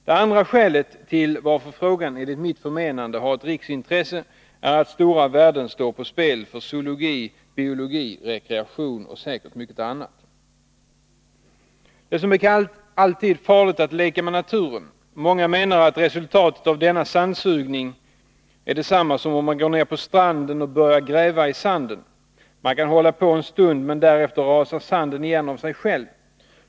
Den andra anledningen till att frågan — enligt mitt förmenade — har ett riksintresse är att stora värden står på spel för zoologi, biologi, rekreation och säkert mycket annat. Det är som bekant alltid farligt att leka med naturen. Många menar att resultatet av denna sandsugning blir detsamma som om man går ner till stranden och börjar gräva i sanden. Man kan hålla på en stund, men därefter rasar sanden igen av sig själv.